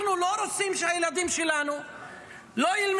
אנחנו לא רוצים שהילדים שלנו ילמדו